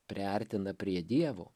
priartina prie dievo